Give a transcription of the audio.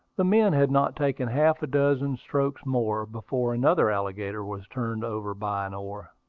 the men had not taken half a dozen strokes more, before another alligator was turned over by an oar.